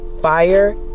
fire